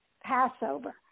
Passover